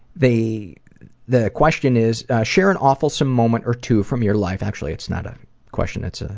the the question is share an awfulsome moment or two from your life. actually, it's not a question. it's ah